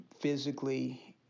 physically